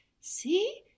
see